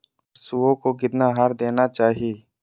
पशुओं को कितना आहार देना चाहि?